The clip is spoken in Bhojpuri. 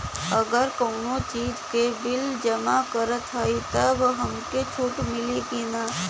अगर कउनो चीज़ के बिल जमा करत हई तब हमके छूट मिली कि ना?